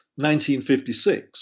1956